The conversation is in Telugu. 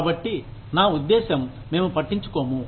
కాబట్టి ఇ నా ఉద్దేశ్యం మేము పట్టించుకోము